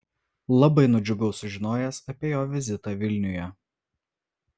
labai nudžiugau sužinojęs apie jo vizitą vilniuje